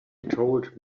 told